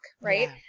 right